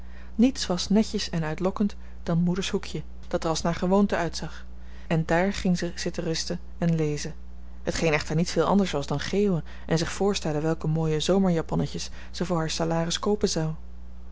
niets was netjes en uitlokkend dan moedershoekje dat er als naar gewoonte uitzag en daar ging ze zitten rusten en lezen hetgeen echter niet veel anders was dan geeuwen en zich voorstellen welke mooie zomerjaponnetjes ze voor haar salaris koopen zou